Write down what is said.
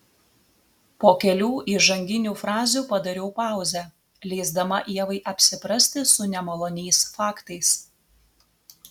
po kelių įžanginių frazių padariau pauzę leisdama ievai apsiprasti su nemaloniais faktais